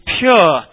pure